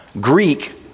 Greek